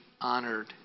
honored